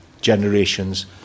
generations